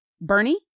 Bernie